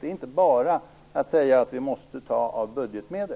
Vi kan inte bara säga att vi måste ta av budgetmedlen.